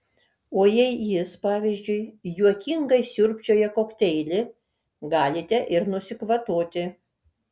o jei jis pavyzdžiui juokingai sriubčioja kokteilį galite ir nusikvatoti